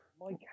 mike